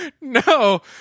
No